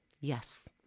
yes